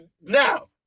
Now